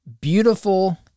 beautiful